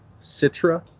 citra